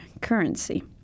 currency